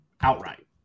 outright